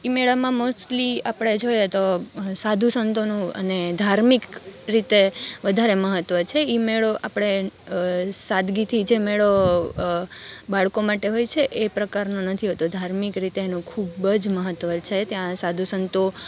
ઈ મેળામાં મોસ્ટલી આપણે જોઈએ તો સાધુ સંતોનું અને ધાર્મિક રીતે વધારે મહત્વ છે ઈ મેળો આપણે સાદગીથી જે મેળો બાળકો માટે હોય છે એ પ્રકારનો નથી હોતો ધાર્મિક રીતે એનું ખૂબ જ મહત્વ છે ત્યાં સાધુ સંતો